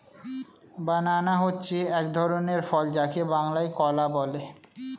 banana হচ্ছে এক ধরনের ফল যাকে বাংলায় কলা বলে